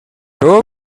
two